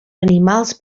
animals